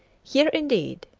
here, indeed,